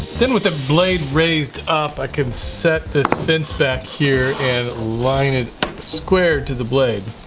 then with the blade raised up i can set this fence back here and align it square to the blade.